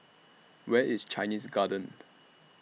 Where IS Chinese Garden